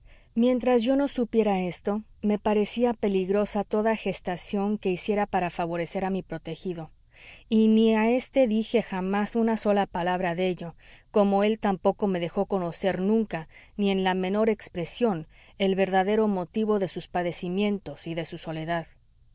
mientras yo no supiera esto me parecía peligrosa toda gestión que hiciera para favorecer a mi protegido y ni a éste dije jamás una sola palabra de ello como él tampoco me dejó conocer nunca ni en la menor expresión el verdadero motivo de sus padecimientos y de su soledad